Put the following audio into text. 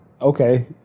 Okay